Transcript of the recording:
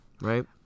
Right